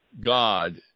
god